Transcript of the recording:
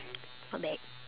not bad